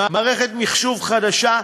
מערכת מחשוב חדשה,